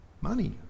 money